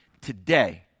Today